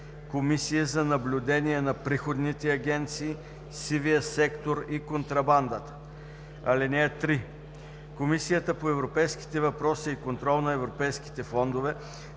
Комисия за наблюдение на приходните агенции, сивия сектор и контрабандата. (3) Комисията по европейските въпроси и контрол на европейските фондове